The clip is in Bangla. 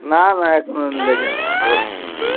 না না এখনো লেখেনি বলছিলো